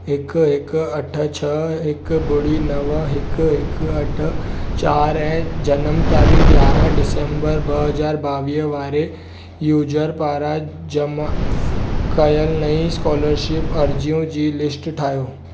हिकु हिकु अठ छ्ह हिकु ॿुड़ी नव हिकु हिकु अठ चार ऐं जनम तारीख़ यारहं डिसंबर ॿ हजार ॿावीह वारे यूज़र पारां जमा कयलु नई स्कॉलरशिप अर्जियूं जी लिस्ट ठाहियो